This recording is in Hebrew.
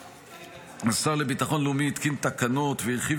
השר לביטחון לאומי התקין תקנות והרחיב